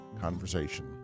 conversation